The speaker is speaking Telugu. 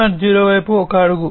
0 వైపు ఒక అడుగు